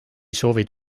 soovid